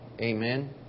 Amen